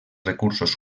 recursos